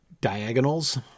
diagonals